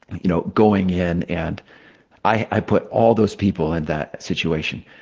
you know, going in. and i put all those people in that situation.